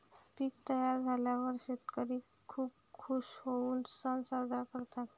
पीक तयार झाल्यावर शेतकरी खूप खूश होऊन सण साजरा करतात